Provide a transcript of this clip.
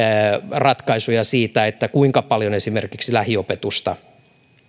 ratkaisuja siitä kuinka paljon esimerkiksi lähiopetusta